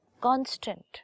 constant